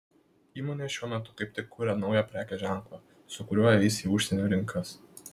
įmonė šiuo metu kaip tik kuria naują prekės ženklą su kuriuo eis į užsienio rinkas